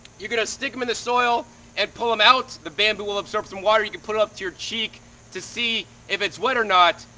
you're gonna stick em in the soil and pull em out. the bamboo will absorb some water. you can put it up to your cheek to see if it's wet or not.